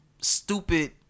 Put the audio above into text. stupid